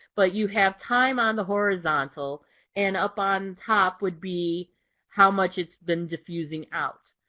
but you have time on the horizontal and up on top would be how much it's been diffusing out.